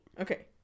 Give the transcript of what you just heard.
Okay